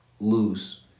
lose